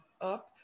up